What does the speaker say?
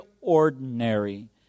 ordinary